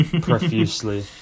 profusely